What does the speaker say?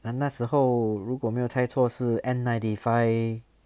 then 那时候如果没有猜错是 N ninety five